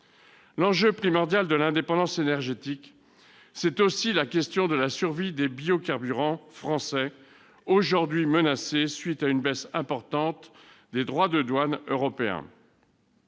L'enjeu primordial de l'indépendance énergétique, c'est aussi la question de la survie des biocarburants français, aujourd'hui menacés à la suite d'une baisse importante des droits de douane européens.